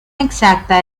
exacta